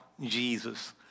Jesus